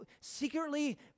secretly